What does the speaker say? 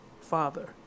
father